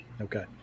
Okay